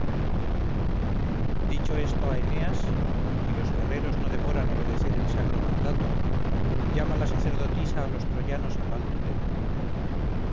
dicho esto a eneas y los guerreros no demoran obedecer el sacro mandato llama la sacerdotisa a los troyanos al alto templo